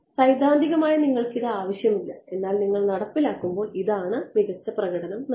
സൈദ്ധാന്തികമായി നിങ്ങൾക്ക് ഇത് ആവശ്യമില്ല എന്നാൽ നിങ്ങൾ നടപ്പിലാക്കുമ്പോൾ ഇതാണ് മികച്ച പ്രകടനം നൽകുന്നത്